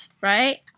right